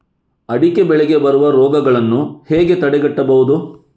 ಅಡಿಕೆ ಬೆಳೆಗೆ ಬರುವ ರೋಗಗಳನ್ನು ಹೇಗೆ ತಡೆಗಟ್ಟಬಹುದು?